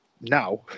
now